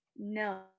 No